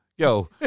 Yo